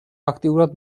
აქტიურად